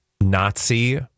Nazi